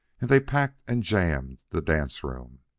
and they packed and jammed the dance-room.